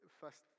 first